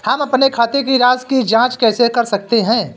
हम अपने खाते की राशि की जाँच कैसे कर सकते हैं?